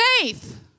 faith